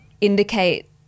indicate